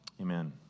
Amen